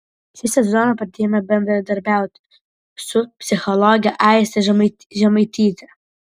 šį sezoną pradėjome bendradarbiauti su psichologe aiste žemaityte